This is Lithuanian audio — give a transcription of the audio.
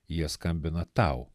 jie skambina tau